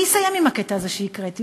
אני אסיים עם הקטע הזה שהקראתי.